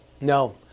No